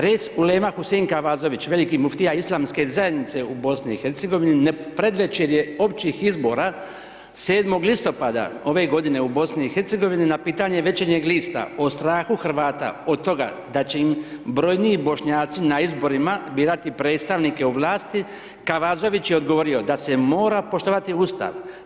Reis-ulema Husein Kavazović, veliki muftija Islamske zajednice u BiH ... općih izbora 7. listopada ove godine u BiH na pitanje Večernjeg lista o strahu Hrvata od toga da će im brojniji Bošnjaci na izborima birati predstavnike u vlasti Kavazović je odgovorio da se mora poštovati Ustav.